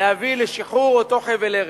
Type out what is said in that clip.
להביא לשחרור אותו חבל ארץ.